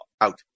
out